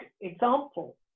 example